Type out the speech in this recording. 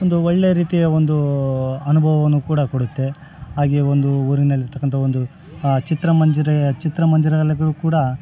ಒಂದು ಒಳ್ಳೆ ರೀತಿಯ ಒಂದು ಅನುಭವವನ್ನು ಕೂಡ ಕೊಡುತ್ತೆ ಹಾಗೆಯೇ ಒಂದು ಊರಿನಲ್ಲಿರ್ತಕ್ಕಂಥ ಒಂದು ಚಿತ್ರಮಂಜರಿ ಚಿತ್ರಮಂಜರಿ ಅಲ್ಲಿಗೂ ಕೂಡ